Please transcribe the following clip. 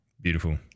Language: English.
Beautiful